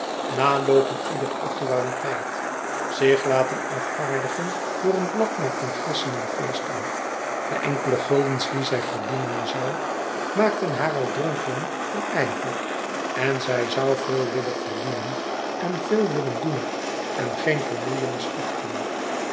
naloopen iedere actualiteit zich laten afvaardigen door een blad naar congressen en feesten de enkele guldens die zij verdienen zoû maakten haar al dronken van ijver en zij zoû veel willen verdienen en veel willen doen en geen vermoeienis achten